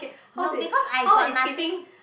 no because I got nothing